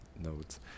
notes